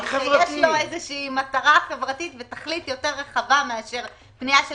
ויש לו מטרה חברתית ותכלית יותר רחבה מאשר פנייה של